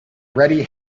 ready